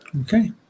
Okay